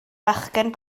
fachgen